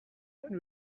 when